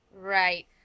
Right